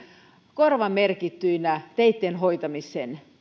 korvamerkittyinä teitten hoitamiseen tämä